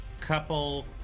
couple